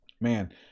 man